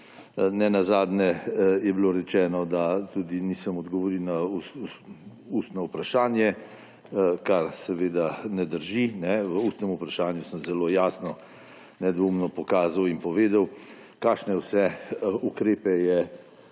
nenazadnje je bilo rečeno, da tudi nisem odgovoril na ustno vprašanje, kar seveda na drži. V ustnem vprašanju sem zelo jasno, nedvoumno pokazal in povedal, kakšne vse ukrepe je